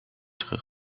terug